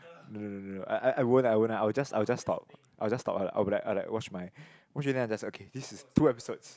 no no no no no I I I won't I won't I will just I will just stop I will just stop I'll be like be like watch my watch already then I just okay this is two episodes